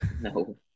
No